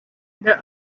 the